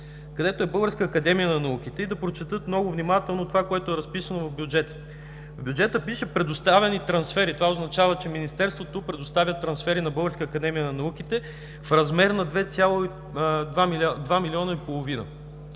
където е Българската академия на науките, и да прочетат много внимателно това, което е разписано в бюджета. В бюджета пише: „Предоставени трансфери“ – това означава, че Министерството предоставя трансфери на БАН в размер на 2,5 милиона.